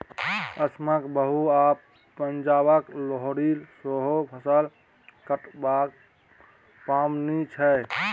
असमक बिहू आ पंजाबक लोहरी सेहो फसल कटबाक पाबनि छै